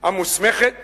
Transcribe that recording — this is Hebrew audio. המוסמכת